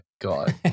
God